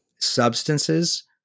Substances